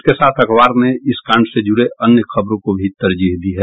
इसके साथ अखबार ने इस कांड से जुड़े अन्य खबरों को भी तरजीह दी है